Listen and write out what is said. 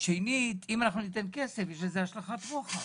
שנית, אם ניתן כסף, יש לזה השלכות רוחב.